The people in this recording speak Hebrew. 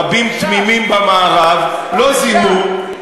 רבים תמימים במערב לא זיהו,